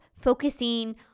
focusing